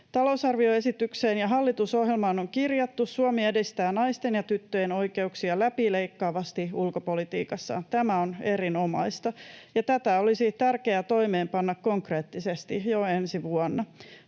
Talousarvioesitykseen ja hallitusohjelmaan on kirjattu: ”Suomi edistää naisten ja tyttöjen oikeuksia läpileikkaavasti ulkopolitiikassaan.” Tämä on erinomaista, ja tätä olisi tärkeää toimeenpanna konkreettisesti jo ensi vuonna.